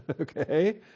Okay